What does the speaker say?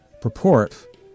purport